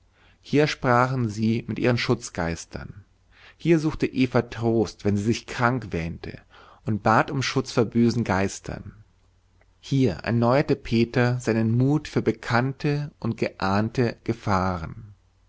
hier sprachen sie mit ihren schutzgeistern hier suchte eva trost wenn sie sich krank wähnte und bat um schutz vor bösen geistern hier erneuerte peter seinen mut für bekannte und geahnte gefahren